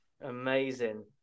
amazing